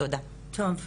טוב.